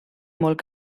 molt